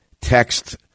Text